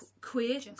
queer